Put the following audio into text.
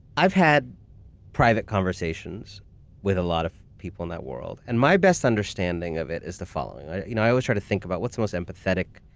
i've had private conversations with a lot of people in that world, and my best understanding of it is the following, right? you know i always try to think about what's the most empathetic.